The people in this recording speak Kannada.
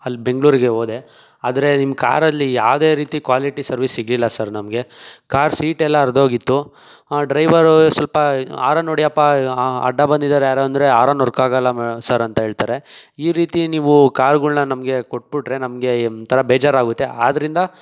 ಅಲ್ಲಿ ಬೆಂಗಳೂರಿಗೆ ಹೋದೆ ಆದರೆ ನಿಮ್ಮ ಕಾರಲ್ಲಿ ಯಾವುದೇ ರೀತಿ ಕ್ವಾಲಿಟಿ ಸರ್ವಿಸ್ ಸಿಗ್ಲಿಲ್ಲ ಸರ್ ನಮಗೆ ಕಾರ್ ಸೀಟ್ ಎಲ್ಲ ಹರಿದೋಗಿತ್ತು ಆ ಡ್ರೈವರು ಸ್ವಲ್ಪ ಹಾರನ್ ಹೊಡಿಯಪ್ಪ ಅಡ್ಡ ಬಂದಿದ್ದಾರೆ ಯಾರು ಅಂದರೆ ಹಾರನ್ ವರ್ಕ್ ಆಗಲ್ಲ ಮೇ ಸರ್ ಅಂತ ಹೇಳ್ತಾರೆ ಈ ರೀತಿ ನೀವು ಕಾರುಗಳನ್ನ ನಮಗೆ ಕೊಟ್ಬಿಟ್ರೆ ನಮಗೆ ಒಂಥರಾ ಬೇಜಾರಾಗುತ್ತೆ ಆದ್ದರಿಂದ